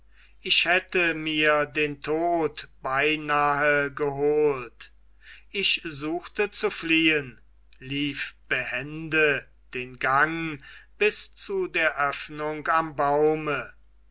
ich hätte mir den tod beinahe geholt ich suchte zu fliehen lief behende den gang bis zu der öffnung am baume